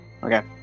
Okay